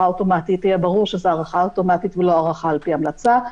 אוטומטית יהיה ברור שזה הארכה אוטומטית ולא הארכה על פי המלצה,